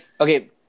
okay